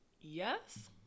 Yes